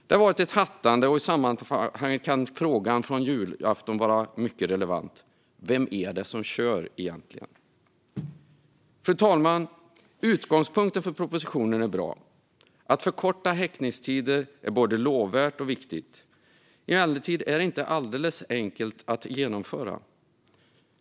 Det har varit ett hattande, och i sammanhanget kan frågan från julafton vara mycket relevant: Vem är det som kör egentligen? Fru talman! Utgångspunkten för propositionen är bra - att förkorta häktningstiderna är både lovvärt och viktigt. Emellertid är detta inte alldeles enkelt att genomföra.